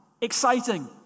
exciting